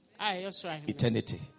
Eternity